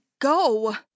go